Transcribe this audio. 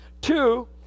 Two